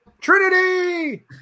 Trinity